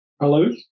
Hello